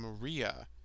Maria